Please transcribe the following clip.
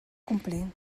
complir